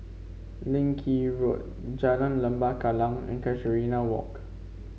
Leng Kee Road Jalan Lembah Kallang and Casuarina Walk